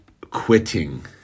quitting